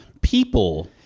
People